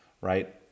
right